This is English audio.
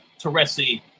Teresi